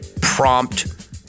prompt